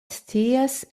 scias